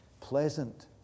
pleasant